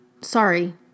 Sorry